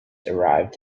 arrived